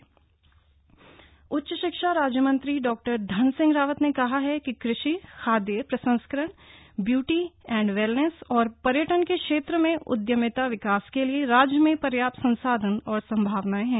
उद्घाटन ग्रासैंण उच्च शिक्षा राज्य मंत्री डॉ धन सिंह रावत ने कहा ह कि कृषि खाद्य प्रसंस्करण ब्यूटी एण्ड वेलनेस और पर्यटन के क्षेत्र में उद्यमिता विकास के लिए राज्य में पर्याप्त संसाधन और संभावनाएं हैं